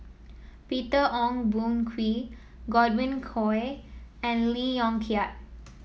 Peter Ong Boon Kwee Godwin Koay and Lee Yong Kiat